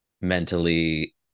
mentally